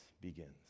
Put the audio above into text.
begins